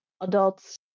adults